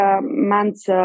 months